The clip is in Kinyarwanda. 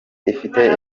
ifite